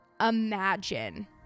imagine